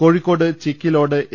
Kozhikode Chikkilode A